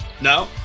No